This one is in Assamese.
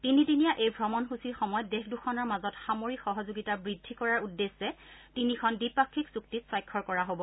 তিনিদিনীয়া এই ভ্ৰমণসূচীৰ সময়ত দেশ দুখনৰ মাজত সামৰিক সহযোগিতা বৃদ্ধি কৰাৰ উদ্দেশ্যে তিনিখন দ্বিপাক্ষিক চুক্তিত স্বাক্ষৰ কৰা হব